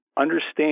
understand